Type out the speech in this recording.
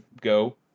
go